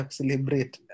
celebrate